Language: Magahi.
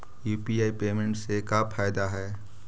यु.पी.आई पेमेंट से का फायदा है?